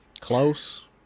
close